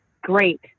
great